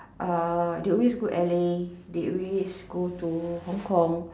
uh they always go to L_A they always go to Hong-Kong